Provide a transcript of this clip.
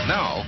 Now